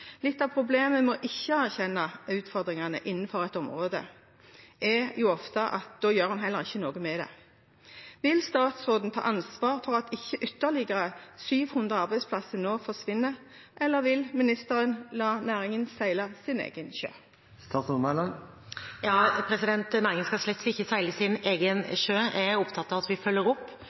Litt av problemet med ikke å erkjenne utfordringene innenfor et område er ofte at da gjør en heller ikke noe med det. Vil statsråden ta ansvar for at ikke ytterligere 700 arbeidsplasser nå forsvinner, eller vil ministeren la næringen seile sin egen sjø? Næringen skal slett ikke seile sin egen sjø. Jeg er opptatt av at vi følger opp